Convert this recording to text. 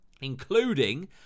including